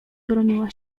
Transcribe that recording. broniła